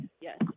yes